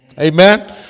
Amen